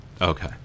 Okay